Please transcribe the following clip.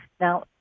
Now